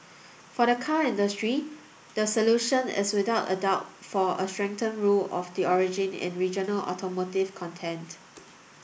for the car industry the solution is without a doubt for a strengthened rule of the origin in regional automotive content